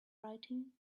writing